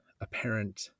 apparent